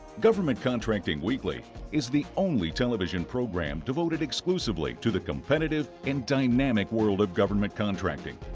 government contracting weekly is the only television program devoted exclusively to the competitive and dynamic world of government contracting,